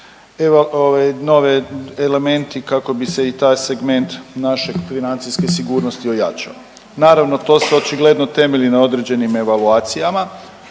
nove elementi kako bi se i taj segment našeg financijske sigurnosti ojačao. Naravno, to se očigledno temelji na određenim evaluacijama